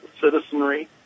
citizenry